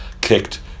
kicked